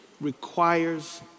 requires